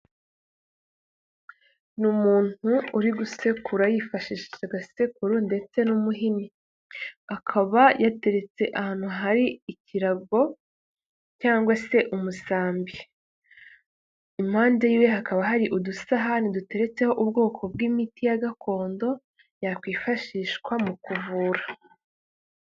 Ni umuntu uri gusekura yifashishije agasekuru ndetse n'umuhini, akaba yateretse ahantu hari ikirabo, cyangwa se umusambi, impande yiwe hakaba hari udusahani duteretseho ubwoko bw'imiti ya gakondo, yakwifashishwa mu kuvura.